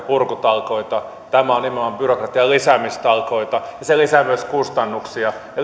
purkutalkoita tässä on kyse nimenomaan byrokratian lisäämistalkoista ja se lisää myös kustannuksia ja